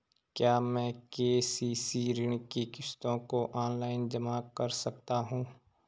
क्या मैं के.सी.सी ऋण की किश्तों को ऑनलाइन जमा कर सकता हूँ?